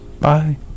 Bye